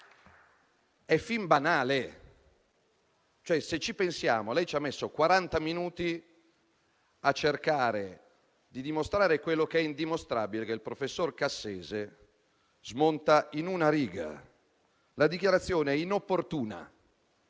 perfino banale. Se ci pensiamo, lei ha impiegato quaranta minuti a cercare di dimostrare quello che è indimostrabile e che il professor Cassese smonta in una riga. La dichiarazione è inopportuna